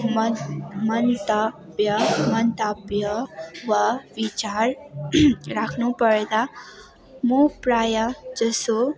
मन मन्तव्य मन्तव्य वा विचार राख्नु पर्दा म प्रायः जसो